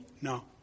no